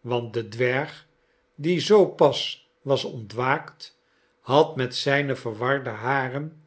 want de dwerg die zoo pas was ontwaakt had met zijne verwarde haren